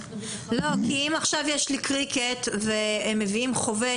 כי אם עכשיו יש לי קריקט והם מביאים חובש